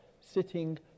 sitting